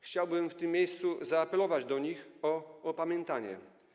Chciałbym w tym miejscu zaapelować do nich o opamiętanie.